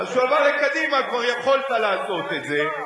אז כשהוא עבר לקדימה כבר יכולת לעשות את זה,